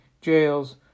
jails